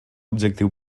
objectiu